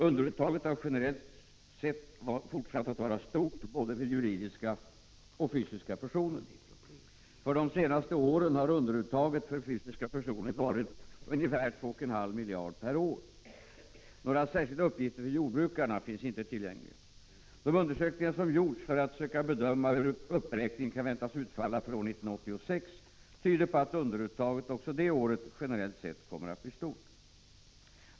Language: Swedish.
Underuttaget har generellt sett fortsatt att vara stort både för juridiska och för fysiska personer. För de senaste åren har underuttaget för fysiska personer varit ca 2,5 miljarder per år. Några särskilda uppgifter för jordbrukarna finns inte tillgängliga. De undersökningar som gjorts för att söka bedöma hur uppräkningen kan väntas utfalla för år 1986 tyder på att underuttaget också detta år generellt sett kommer att bli stort.